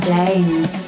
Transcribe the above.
James